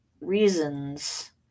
reasons